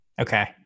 Okay